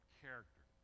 character